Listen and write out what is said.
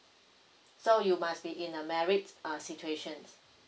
so you must be in a married uh situation